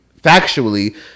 factually